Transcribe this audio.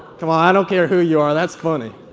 come on, i don't care who you are, that's funny.